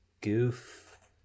goof